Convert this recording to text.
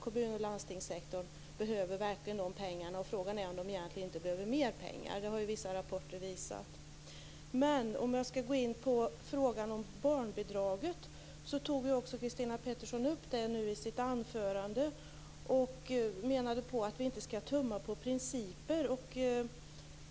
Kommun och landstingssektorerna behöver verkligen dessa pengar, och frågan är egentligen om de inte behöver mer pengar, vilket vissa rapporter har visat. Jag skall också gå in på frågan om barnbidraget. Christina Pettersson tog nu upp frågan i sitt anförande och menade att vi inte skall tumma på principer.